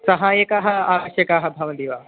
सहायकः आवश्यकाः भवन्ति वा